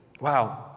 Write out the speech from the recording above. Wow